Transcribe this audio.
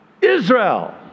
Israel